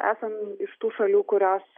esam iš tų šalių kurios